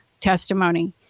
testimony